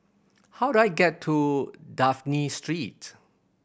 how do I get to Dafne Street